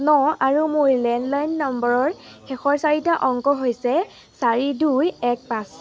ন আৰু মোৰ লেণ্ডলাইন নম্বৰৰ শেষৰ চাৰিটা অংক হৈছে চাৰি দুই এক পাঁচ